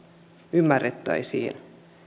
ymmärrettäisiin